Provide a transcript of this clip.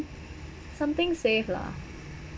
something safe lah